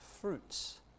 fruits